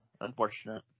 Unfortunate